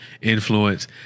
influence